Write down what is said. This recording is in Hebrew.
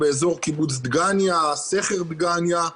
באזור סכר דגניה,